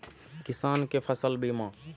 किसान कै फसल बीमा?